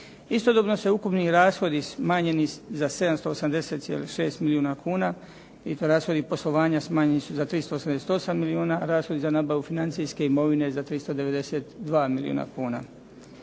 Istodobno su ukupni rashodi smanjeni za 780,6 milijuna kuna i to rashodi poslovanja smanjeni su za 388 milijuna a rashodi za nabavu financijske imovine za 392 milijuna kuna.